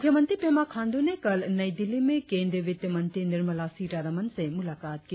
मुख्यमंत्री पेमा खांड्र ने कल नई दिल्ली में केंद्रीय वित्त मंत्री निर्मला सीतारमन से मुलाकात की